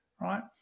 right